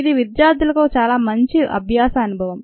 ఇది విద్యార్థులకు చాలా మంచి అభ్యాస అనుభవం